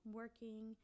working